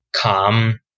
calm